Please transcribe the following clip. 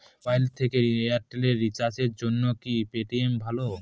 Mobile থেকে Airtel এ রিচার্জের জন্য কি পেটিএম ভালো?